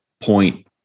point